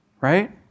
Right